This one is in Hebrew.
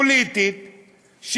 פוליטית,